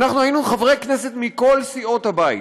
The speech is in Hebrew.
אנחנו היינו חברי כנסת מכל סיעות הבית,